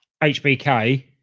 HBK